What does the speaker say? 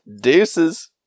Deuces